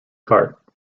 cart